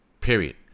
Period